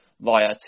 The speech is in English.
via